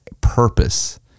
purpose